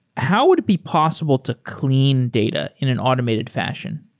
how would it be possible to clean data in an automated fashion?